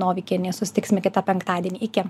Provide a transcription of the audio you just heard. novikienė susitiksime kitą penktadienį iki